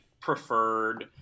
preferred